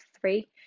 three